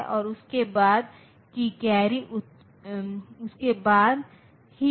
लेकिन क्या यह इसका हल हो सकता है